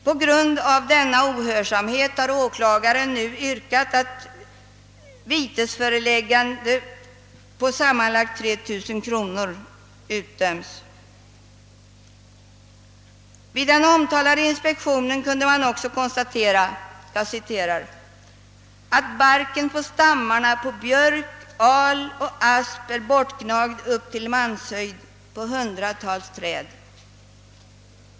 På grund av denna ohörsamhet har åklagaren nu yrkat att vitesföreläggande på sammanlagt 3000 kronor skall utdömas. Vid den omtalade inspektionen kunde man också konstatera, »att barken på stammarna på björk, al och asp är bortgnagd upp till manshöjd på hundratals trän.